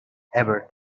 ever